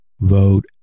vote